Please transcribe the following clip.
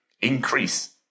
increase